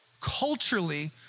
culturally